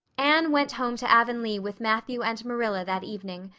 anne went home to avonlea with matthew and marilla that evening.